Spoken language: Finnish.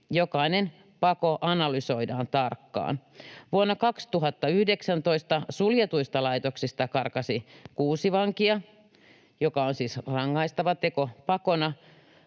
jokainen pako analysoidaan tarkkaan. Vuonna 2019 suljetuista laitoksista karkasi 6 vankia, joka on siis rangaistava teko pakona,